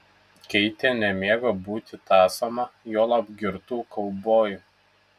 keitė nemėgo būti tąsoma juolab girtų kaubojų